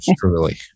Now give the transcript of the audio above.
truly